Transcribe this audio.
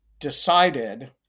decided